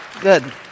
Good